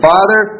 Father